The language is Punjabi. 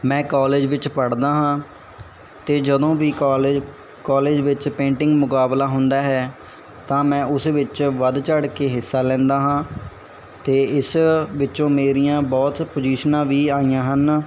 ਮੈਂ ਕਾਲਜ ਵਿੱਚ ਪੜਦਾ ਹਾਂ ਤੇ ਜਦੋਂ ਵੀ ਕਾਲਜ ਕਾਲਜ ਵਿੱਚ ਪੇਂਟਿੰਗ ਮੁਕਾਬਲਾ ਹੁੰਦਾ ਹੈ ਤਾਂ ਮੈਂ ਉਸ ਵਿੱਚ ਵੱਧ ਚੜ ਕੇ ਹਿੱਸਾ ਲੈਂਦਾ ਹਾਂ ਤੇ ਇਸ ਵਿੱਚੋਂ ਮੇਰੀਆਂ ਬਹੁਤ ਪੁਜ਼ੀਸ਼ਨਾਂ ਵੀ ਆਈਆਂ ਹਨ